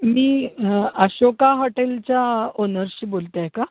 मी अशोका हॉटेलच्या ओनरशी बोलते आहे का